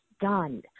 done